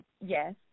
Yes